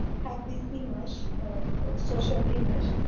have this image, social image.